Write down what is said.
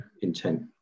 intent